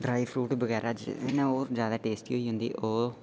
dry fruit बगैरा जेह्दे ने ओह् जैदा टेस्टी हो'इं'दी ओह्